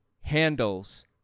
handles